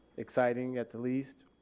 exciting at the least.